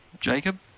Jacob